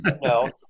no